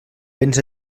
béns